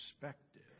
perspective